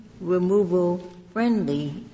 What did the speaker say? removal-friendly